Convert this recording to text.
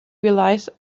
realized